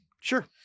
sure